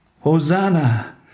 Hosanna